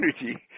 energy